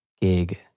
gig